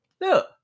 Look